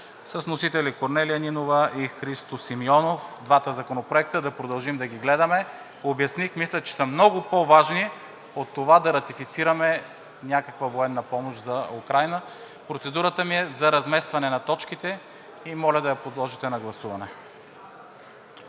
с вносители Корнелия Нинова и Христо Симеонов, и двата законопроекта да продължим да ги гледаме. Обясних и мисля, че са много по-важни от това да ратифицираме, някаква военна помощ за Украйна. Процедурата ми е за разместване на точките и моля да я подложите на гласуване.